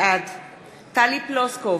בעד טלי פלוסקוב,